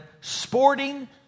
sporting